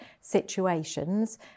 situations